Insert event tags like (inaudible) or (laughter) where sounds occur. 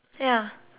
(noise)